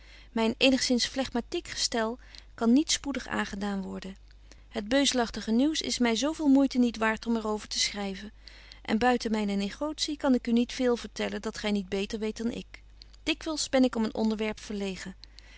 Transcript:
myn eenigzins phlegmatiek gestel kan niet spoedig aangedaan worden het beuzelagtige nieuws is my zo veel moeite niet waart om er over te schryven en buiten myne negotie kan ik u niet veel vertellen dat gy niet beter weet dan ik dikwyls ben ik om een onderwerp verlegen